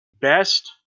Best